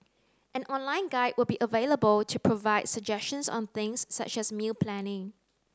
an online guide will be available to provide suggestions on things such as meal planning